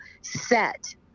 set